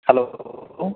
hello